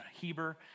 Heber